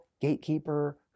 gatekeeper